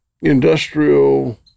industrial